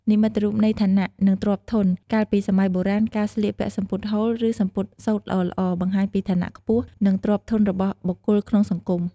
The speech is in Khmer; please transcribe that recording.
និមិត្តរូបនៃឋានៈ និងទ្រព្យធន កាលពីសម័យបុរាណ ការស្លៀកពាក់សំពត់ហូល ឬសំពត់សូត្រល្អៗបង្ហាញពីឋានៈខ្ពស់ និងទ្រព្យធនរបស់បុគ្គលក្នុងសង្គម។